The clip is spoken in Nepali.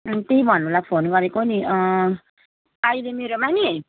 अनि त्यही भन्नुलाई फोन गरेको नि अहिले मेरोमा नि